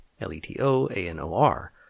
L-E-T-O-A-N-O-R